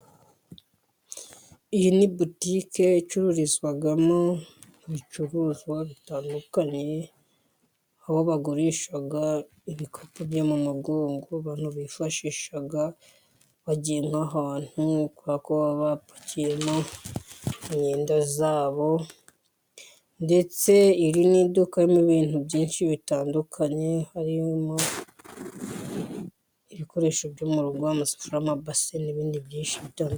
Iyi ni butike icurizwamo ibicuruzwa bitandukanye, aho bagurisha ibikapu byo mu mugongo abantu bifashisha bagiye nk'ahantu, kuba bapakiyemo imyenda yabo, ndetse iri ni idukamo rirmo ibintu byinshi bitandukanye harimo ibikoresho byo mu rugo, amasafuriya, amabase, n'ibindi byinshi.